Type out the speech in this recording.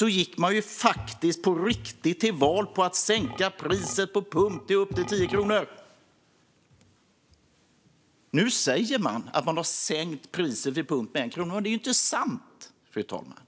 gick man faktiskt på riktigt till val på att sänka priset vid pump på upp till 10 kronor. Nu säger man att man har sänkt priset vid pump med 1 krona, men det är ju inte sant, fru talman.